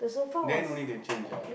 then only they change ah